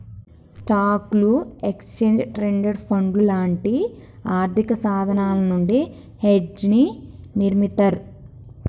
స్టాక్లు, exchange traded ఫండ్లు లాంటి ఆర్థికసాధనాల నుండి హెడ్జ్ని నిర్మిత్తర్